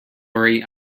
worry